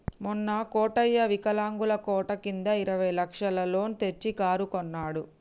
మొన్న కోటయ్య వికలాంగుల కోట కింద ఇరవై లక్షల లోన్ తెచ్చి కారు కొన్నడు